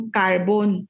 carbon